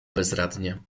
bezradnie